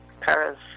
Paris